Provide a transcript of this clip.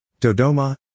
Dodoma